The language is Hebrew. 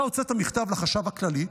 אתה הוצאת מכתב לחשב הכללי,